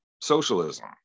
socialism